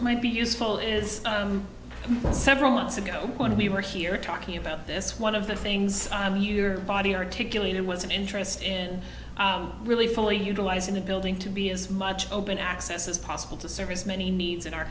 might be useful is several months ago when we were here talking about this one of the things i'm your body articulated was an interest in really fully utilizing the building to be as much open access as possible to service many needs in our